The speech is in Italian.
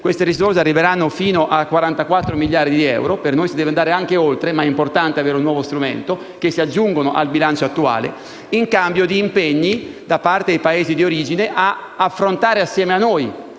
queste risorse arriveranno fino a 44 miliardi di euro - per noi si deve andare anche oltre, ma è importante avere un nuovo strumento - che si aggiungono al bilancio attuale, in cambio di impegni, da parte dei Paesi di origine, ad affrontare insieme a noi